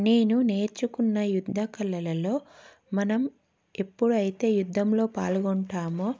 నేను నేర్చుకున్న యుద్ధ కళలలో మనం ఎప్పుడు అయితే యుద్ధంలో పాలుకొంటామో